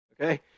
Okay